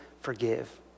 forgive